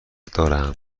دارم